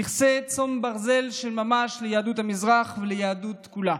נכסי צאן ברזל של ממש ליהדות המזרח וליהדות כולה.